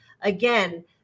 Again